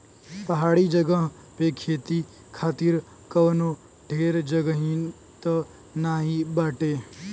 पहाड़ी जगह पे खेती खातिर कवनो ढेर जगही त नाही बाटे